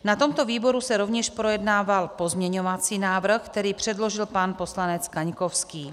Na tomto výboru se rovněž projednával pozměňovací návrh, který předložil pan poslanec Kaňkovský.